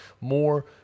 more